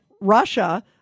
Russia